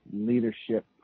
leadership